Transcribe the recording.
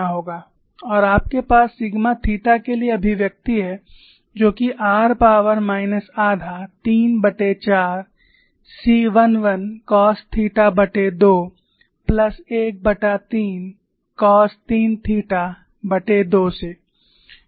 और आपके पास सिग्मा थीटा के लिए अभिव्यक्ति है जो कि r पॉवर माइनस आधा 34 c11 cos theta two plus 13 cos 3 theta two से